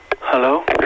Hello